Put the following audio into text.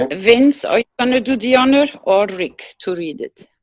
and vince are you gonna do the honor or rick, to read it?